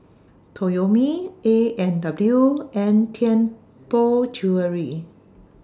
Toyomi A and W and Tianpo Jewellery